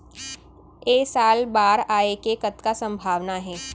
ऐ साल बाढ़ आय के कतका संभावना हे?